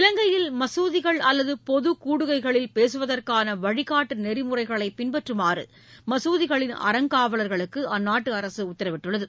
இலங்கையில் மகுதிகள் அல்லது பொது கூடுகைகளில் பேசுவதற்கான வழிகாட்டு நெறிமுறைகளை பின்பற்றுமாறு மசூதிகளின் அறங்காவலர்களுக்கு அற்நாட்டு அரசு உத்தரவிட்டுள்ளது